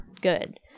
good